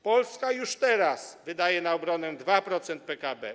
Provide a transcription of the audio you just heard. Polska już teraz wydaje na obronę 2% PKB.